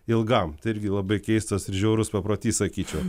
ilgam tai irgi labai keistas ir žiaurus paprotys sakyčiau